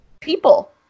people